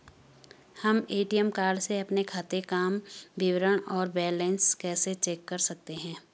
हम ATM card से अपने खाते काम विवरण और बैलेंस कैसे चेक कर सकते हैं?